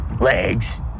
legs